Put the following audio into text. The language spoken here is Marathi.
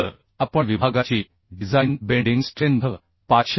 तर आपण विभागाची डिझाइन बेंडिंग स्ट्रेंथ 506